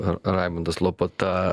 ar raimundas lopata